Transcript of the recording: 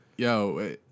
Yo